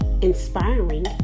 inspiring